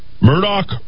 Murdoch